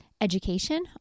education